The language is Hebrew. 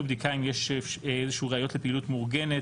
בדיקה אם יש רעיונות לפעילות מאורגנת,